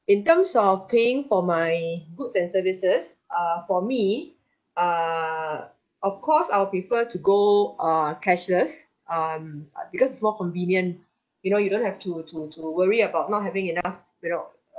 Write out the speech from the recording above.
in terms of paying for my goods and services uh for me err of course I'll prefer to go err cashless um uh because more convenient you know you don't have to to to worry about not having enough you know